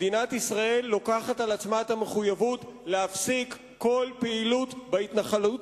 מדינת ישראל מקבלת על עצמה את המחויבות להפסיק כל פעילות בהתנחלות,